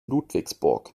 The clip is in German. ludwigsburg